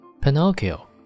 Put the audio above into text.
Pinocchio